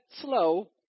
slow